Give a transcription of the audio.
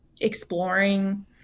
exploring